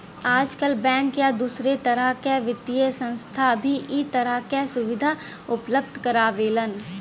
आजकल बैंक या दूसरे तरह क वित्तीय संस्थान भी इ तरह क सुविधा उपलब्ध करावेलन